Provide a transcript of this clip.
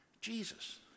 Jesus